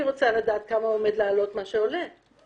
אני רוצה לדעת כמה עומד לעלות מה שהוא מבקש